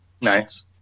Nice